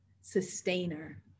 sustainer